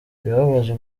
birababaje